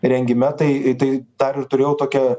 rengime tai tai dar ir turėjau tokią